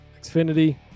Xfinity